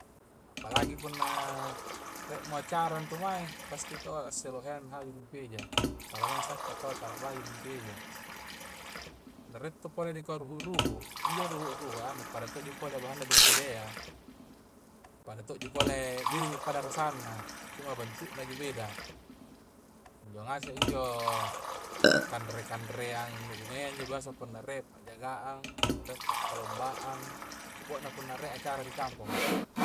Palagi punna rie mo acara intu mae pasti to assilonganna haju dumpi eja tala maeng sakka to taua baju dumpi eja na rie to pole ri kua ruhu-ruhu injo ruhu-ruhu a nu pada todoji pole bahanna dumpi eja ya. pada todo ji pole biringmi pada rasanna cuma bentu' na ji beda. injo ngaseng injo kanre-kanreang nuhu ngungai injo biasa rie panjaga'ang punna rie pakkalombang pokokna punna rie acara ri kamponga